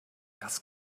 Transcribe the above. das